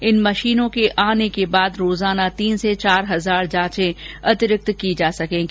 इन मशीनों के आने के बाद प्रतिदिन तीन से चार हजार जांचे अतिरिक्त की जा सकेंगी